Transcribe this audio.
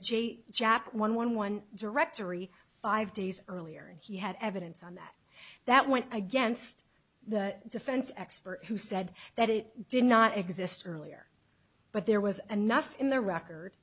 j jack one one one directory five days earlier and he had evidence on that that went against the defense expert who said that it did not exist earlier but there was enough in the record